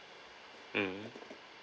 mm